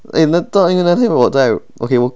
我在 okay 我